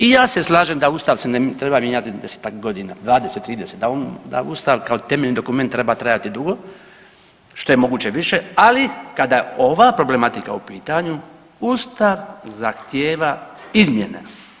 I ja se slažem da Ustav se ne treba mijenjati 10-ak godina, 20, 30, da Ustav kao temeljni dokument treba trajati dugo, što je moguće više, ali kada ova problematika u pitanju, Ustav zahtijeva izmjene.